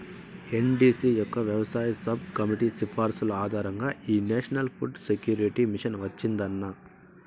NDC యొక్క వ్యవసాయ sub committee సిఫార్సుల ఆధారంగా ఈ నేషనల్ ఫుడ్ సెక్యూరిటీ మిషన్ వచ్చిందన్న